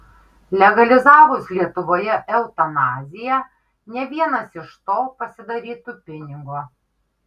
legalizavus lietuvoje eutanaziją ne vienas iš to pasidarytų pinigo